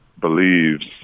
Believes